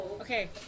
Okay